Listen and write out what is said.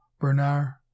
Bernard